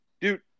dude